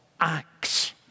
ACTS